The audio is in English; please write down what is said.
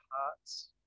hearts